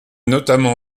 notamment